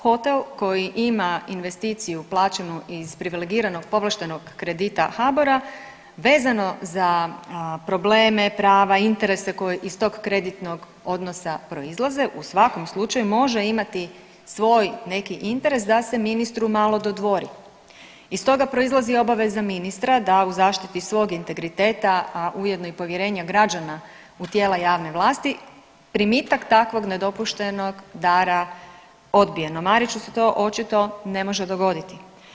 Hotel koji ima investiciju plaćenu iz privilegiranog povlaštenog kredita HBOR-a vezano za probleme, prava i interese koje iz tog kreditnog odnosa proizlaze u svakom slučaju može imati svoj neki interes da se ministru malo dodvori i stoga proizlazi obaveza ministra da u zaštiti svog integriteta, a ujedno i povjerenja građana u tijela javne vlasti primitak takvog nedopuštenog dara odbije, no Mariću se to očito ne može dogoditi.